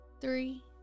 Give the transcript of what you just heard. three